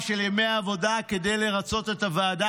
אדוני היושב-ראש, כנסת נכבדה,